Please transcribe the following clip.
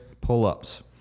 pull-ups